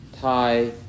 Thai